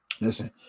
Listen